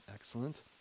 Excellent